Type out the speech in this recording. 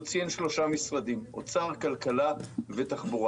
הוא ציין שלושה משרדים, אוצר, כלכלה ותחבורה.